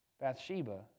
Bathsheba